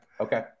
Okay